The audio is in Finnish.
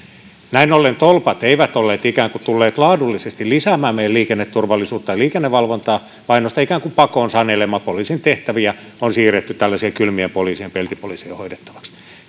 näin ollen tolpat eivät ole tulleet laadullisesti lisäämään meidän liikenneturvallisuutta ja liikennevalvontaa ainoastaan ikään kuin pakon sanelemana poliisin tehtäviä on siirretty tällaisien kylmien poliisien peltipoliisien hoidettavaksi